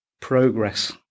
progress